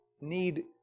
need